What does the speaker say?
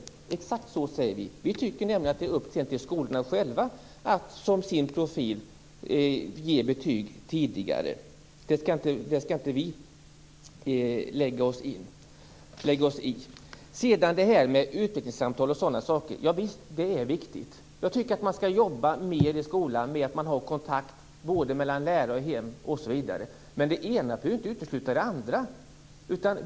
Exakt så säger vi. Vi tycker nämligen att det är upp till skolorna själva att som sin profil ge betyg tidigare. Det skall inte vi lägga oss i. Visst är utvecklingssamtal och sådana saker viktiga. Jag tycker att man skall jobba mer i skolan med att ha kontakt mellan lärare och hem. Men det ena behöver inte utesluta det andra.